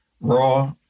raw